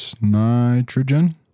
nitrogen